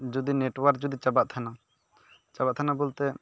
ᱡᱩᱫᱤ ᱱᱮᱴᱳᱣᱟᱨᱠ ᱡᱩᱫᱤ ᱪᱟᱵᱟᱜ ᱛᱟᱦᱮᱱᱟ ᱪᱟᱵᱟᱜ ᱛᱟᱦᱮᱱᱟ ᱵᱳᱞᱛᱮ